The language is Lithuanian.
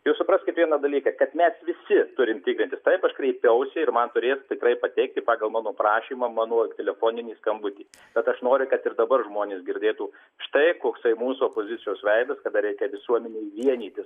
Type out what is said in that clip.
jūs supraskit vieną dalyką kad mes visi turim tikrintis taip aš kreipiausi ir man turės tikrai pateikti pagal mano prašymą mano telefoninį skambutį tad aš noriu kad ir dabar žmonės girdėtų štai koksai mūsų opozicijos veidas kada reikia visuomenei vienytis